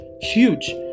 huge